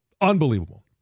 Unbelievable